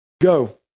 Go